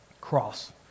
cross